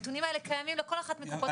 הנתונים האלה קיימים לכל אחת מקופות החולים.